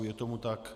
Je tomu tak.